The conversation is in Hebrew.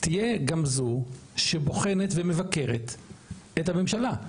תהיה גם זו שבוחנת ומבקרת את הממשלה.